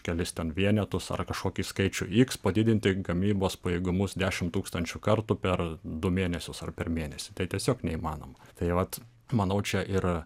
kelis ten vienetus ar kažkokį skaičių iks padidinti gamybos pajėgumus dešim tūkstančių kartų per du mėnesius ar per mėnesį tiesiog neįmanoma tai vat manau čia ir